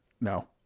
No